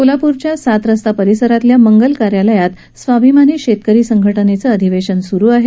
सोलापूरच्या सात रस्ता परिसरातल्या मंगल कार्यालयात स्वाभिमानी शेतकरी संघटनेचं अधिवेशन स्रू आहे